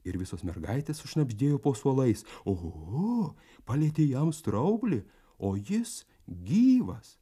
ir visos mergaitės sušnabždėjo po suolais o palietė jam straublį o jis gyvas